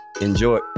enjoy